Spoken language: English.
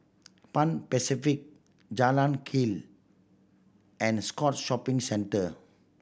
Pan Pacific Jalan Keli and Scotts Shopping Centre